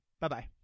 Bye-bye